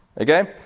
Okay